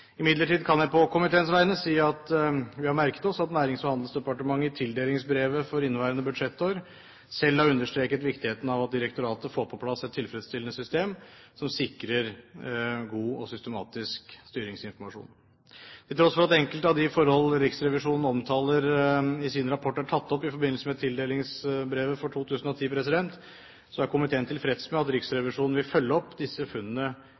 Imidlertid kan jeg på komiteens vegne si at vi har merket oss at Nærings- og handelsdepartementet i tildelingsbrevet for inneværende budsjettår selv har understreket viktigheten av at direktoratet får på plass et tilfredsstillende system som sikrer god og systematisk styringsinformasjon. Til tross for at enkelte av de forhold Riksrevisjonen omtaler i sin rapport, er tatt opp i forbindelse med tildelingsbrevet for 2010, er komiteen tilfreds med at Riksrevisjonen vil følge opp disse funnene